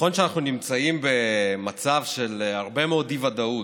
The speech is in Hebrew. נכון שאנחנו נמצאים במצב של הרבה מאוד אי-ודאות.